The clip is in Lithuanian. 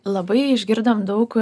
labai išgirdom daug